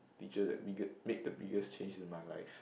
teacher that bigger made the biggest change in my life